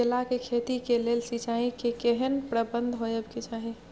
केला के खेती के लेल सिंचाई के केहेन प्रबंध होबय के चाही?